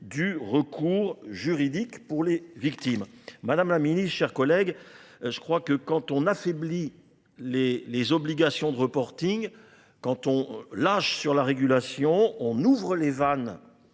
du recours juridique pour les victimes. Madame la Ministre, chers collègues, je crois que quand on affaiblit les obligations de reporting, quand on lâche sur la régulation, on ouvre les vannes.